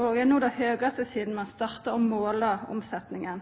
og no er på sitt høgaste sidan ein starta å måla omsetninga.